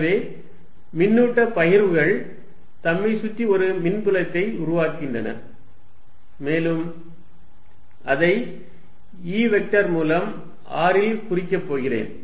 எனவே மின்னூட்ட பகிர்வுகள் தம்மைச் சுற்றி ஒரு மின்புலத்தை உருவாக்குகின்றன மேலும் அதை E வெக்டர் மூலம் r இல் குறிக்கப் போகிறேன்